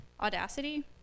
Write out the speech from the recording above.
audacity